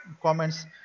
comments